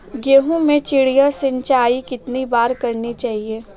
गेहूँ में चिड़िया सिंचाई कितनी बार करनी चाहिए?